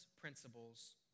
principles